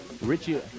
Richie